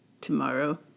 tomorrow